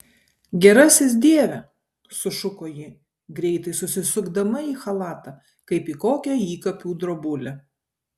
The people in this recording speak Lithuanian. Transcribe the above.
gerasis dieve sušuko ji greitai susisukdama į chalatą kaip į kokią įkapių drobulę